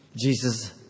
Jesus